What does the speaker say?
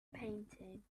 painting